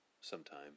sometime